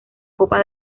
copa